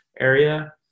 area